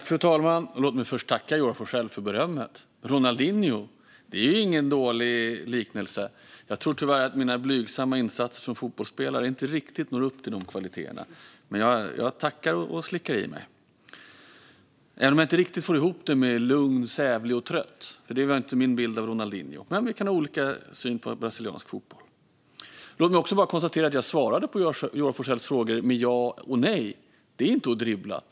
Fru talman! Låt mig först tacka Joar Forssell för berömmet. Ronaldinho! Det är ju ingen dålig liknelse. Jag tror tyvärr att mina blygsamma insatser som fotbollsspelare inte riktigt når upp till de kvaliteterna. Men jag tackar och slickar i mig, även om jag inte riktigt får ihop det med att vara lugn, sävlig och trött. Det var inte min bild av Ronaldinho. Men vi kan ha olika syn på brasiliansk fotboll. Låt mig också konstatera att jag svarade på Joar Forssells frågor med ja och nej. Det är inte att dribbla.